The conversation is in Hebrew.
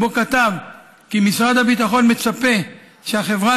ובו כתב כי משרד הביטחון מצפה שהחברה